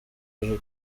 ejo